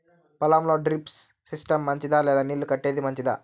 పొలం లో drip system మంచిదా లేదా నీళ్లు కట్టేది మంచిదా?